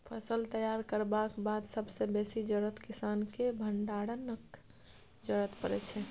फसल तैयार करबाक बाद सबसँ बेसी जरुरत किसानकेँ भंडारणक जरुरत परै छै